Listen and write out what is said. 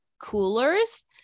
coolers